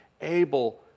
able